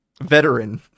Veteran